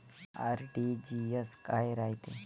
RTGS काय रायते?